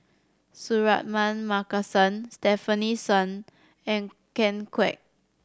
Suratman Markasan Stefanie Sun and Ken Kwek